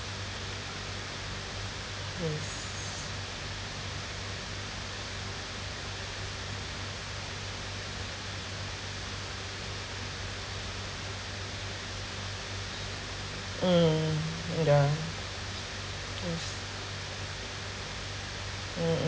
yes mm wait ah yes mm